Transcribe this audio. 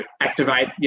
activate